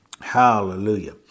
Hallelujah